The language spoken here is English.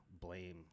blame